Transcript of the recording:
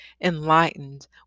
enlightened